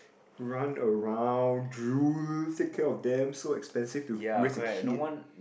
run around drool take care of them so expensive to raise a kid